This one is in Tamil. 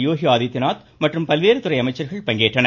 யோகி ஆதித்யநாத் மற்றும் பல்வேறு துறை அமைச்சர்கள் பங்கேற்றனர்